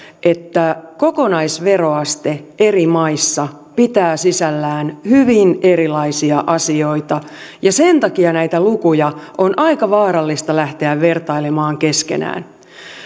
että kokonaisveroaste eri maissa pitää sisällään hyvin erilaisia asioita ja sen takia näitä lukuja on aika vaarallista lähteä vertailemaan keskenään